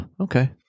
okay